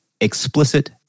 explicit